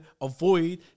avoid